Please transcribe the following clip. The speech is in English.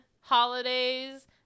holidays